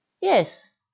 Yes